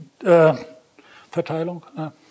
verteilung